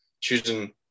Choosing